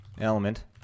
element